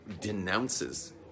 denounces